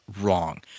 wrong